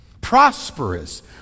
prosperous